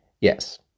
Yes